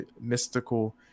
mystical